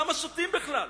למה שותים בכלל?